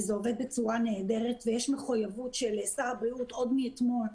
וזה עובד בצורה נהדרת ויש מחויבות של שר הבריאות עוד מאתמול,